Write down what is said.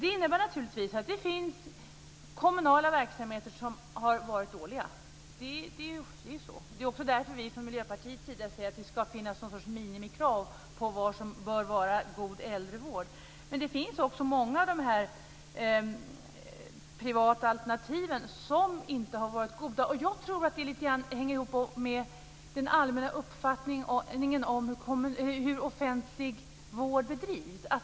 Det innebär naturligtvis att det finns kommunala verksamheter som har varit dåliga. Det är så. Det är också därför vi från Miljöpartiets sida säger att det ska finnas någon sorts minimikrav på vad som bör vara god äldrevård. Men många av de privata alternativen har inte heller varit goda. Jag tror att detta lite grann hänger ihop med den allmänna uppfattningen om hur offentlig vård bedrivs.